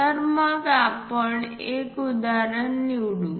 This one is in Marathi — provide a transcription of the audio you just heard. तर मग आपण एक उदाहरण निवडू